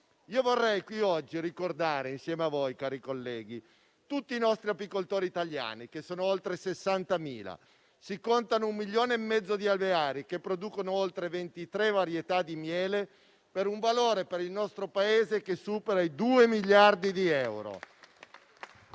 ricordare in questa sede insieme a voi, cari colleghi, tutti i nostri apicoltori italiani, che sono oltre 60.000. Si contano un milione e mezzo di alveari, che producono 23 varietà di miele, per un valore per il nostro Paese che supera i due miliardi di euro.